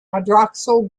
hydroxyl